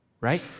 Right